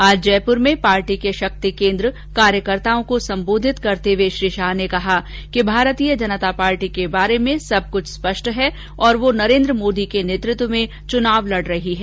आज जयपूर में पार्टी के शक्ति केन्द्र कार्यकर्ताओं को सम्बोधित करते हुए श्री शाह ने कहा कि भारतीय जनता पार्टी के बारे में सबकुछ स्पष्ट है और वह नरेन्द्र मोदी के नेतृत्व में चुनाव लड़ रही है